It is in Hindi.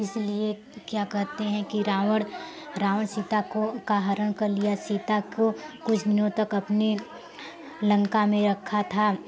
इसलिए क्या कहते की रावण रावण सीता को का हरण कर लिया सीता को कुछ दिनों तक अपनी लंका में रखा था